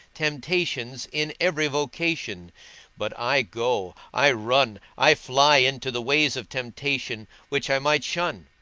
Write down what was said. temptations in every vocation but i go, i run, i fly into the ways of temptation which i might shun